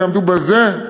לא יעמדו בזה,